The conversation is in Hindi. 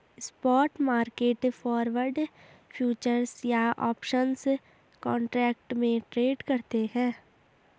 स्पॉट मार्केट फॉरवर्ड, फ्यूचर्स या ऑप्शंस कॉन्ट्रैक्ट में ट्रेड करते हैं